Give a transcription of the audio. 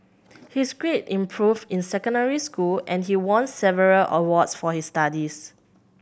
his grades improved in secondary school and he won several awards for his studies